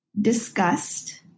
disgust